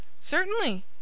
Certainly